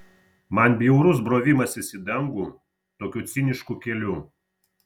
man bjaurus brovimasis į dangų tokiu cinišku keliu